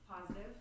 Positive